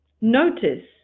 Notice